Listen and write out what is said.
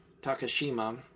Takashima